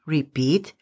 Repeat